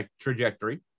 trajectory